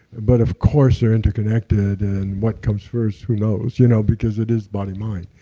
but of course they're interconnected, and what comes first, who knows? you know because it is body mind.